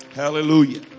hallelujah